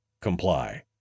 comply